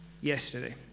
yesterday